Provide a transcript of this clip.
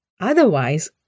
Otherwise